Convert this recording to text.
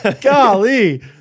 Golly